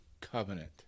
covenant